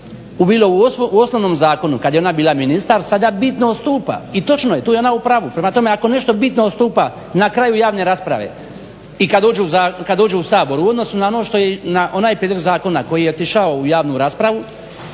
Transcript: je bilo u osnovnom zakonu kada je ona bila ministar sada bitno odstupa i točno je, tu je ona u pravu. Prema tome, ako nešto bitno odstupa na kraju javne rasprave i kad uđe u Sabor u odnosu na ono što je, na onaj prijedlog zakona koji je otišao u javnu raspravu